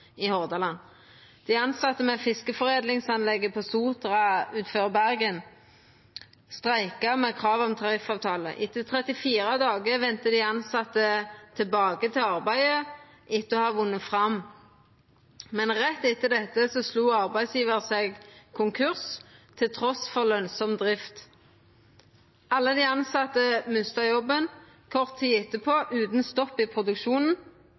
i Hordaland. Dei tilsette ved fiskeforedlingsanlegget på Sotra utanfor Bergen streika med krav om tariffavtale. Etter 34 dagar vende dei tilsette tilbake til arbeidet, etter å ha vunne fram. Men rett etter dette slo arbeidsgjevar seg konkurs – trass lønsam drift. Alle dei tilsette mista jobben. Kort tid etterpå, utan stopp i produksjonen,